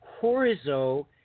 Horizo